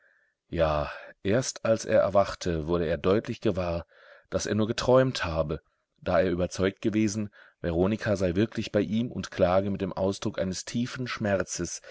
ja erst als er erwachte wurde er deutlich gewahr daß er nur geträumt habe da er überzeugt gewesen veronika sei wirklich bei ihm und klage mit dem ausdruck eines tiefen schmerzes